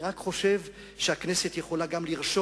אני רק חושב שהכנסת יכולה גם לרשום,